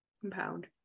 Compound